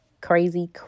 crazy